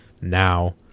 now